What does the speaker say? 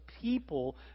people